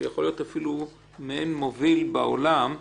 שהוא יכול להיות אפילו מעין מוביל בעולם בנושא.